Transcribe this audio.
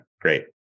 Great